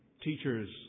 teachers